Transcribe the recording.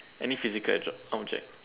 any physical object object